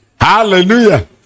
Hallelujah